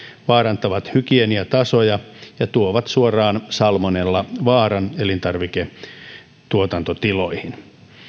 vaarantavat hygieniatasoja ja tuovat suoraan salmonellavaaran elintarviketuotantotiloihin